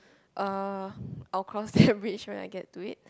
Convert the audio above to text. uh I will cross that bridge when I get to it